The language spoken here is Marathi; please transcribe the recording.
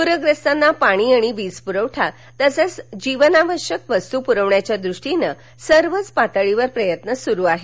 प्रग्रस्तांना पाणी आणि वीज पुरवठा तसंच जीवनावश्यक वस्तू पुरवण्याच्या दृष्टीने सर्वच पातळीवर प्रयत्न सुरू आहेत